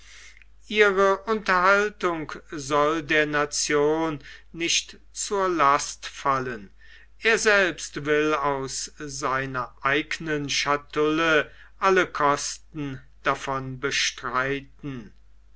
ihre unterhaltung soll der nation nicht zur last fallen er selbst will aus seiner eignen schatulle alle kosten davon bestreiten